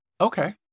Okay